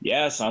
Yes